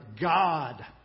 God